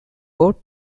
both